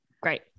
Great